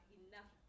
enough